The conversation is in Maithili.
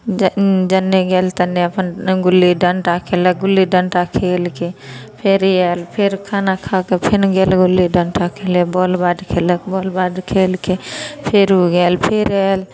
जन्ने जन्ने गेल तन्ने अपन गुल्ली डंटा खेललक गुल्ली डंटा खेलके फेर ई आयल फेर खाना खाके फेर गेल गुल्ली डण्टा खेले बॉल बैट खेललक बॉल बैट खेल के फेर ऊ गएल फेर आएल